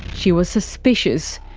she was suspicious.